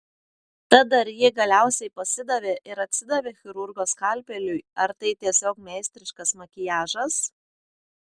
tad ar ji galiausiai pasidavė ir atsidavė chirurgo skalpeliui ar tai tiesiog meistriškas makiažas